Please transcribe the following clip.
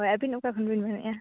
ᱦᱳᱭ ᱟᱹᱵᱤᱱ ᱚᱠᱟ ᱠᱷᱚᱱ ᱵᱤᱱ ᱢᱮᱱᱮᱫᱼᱟ